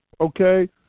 Okay